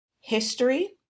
history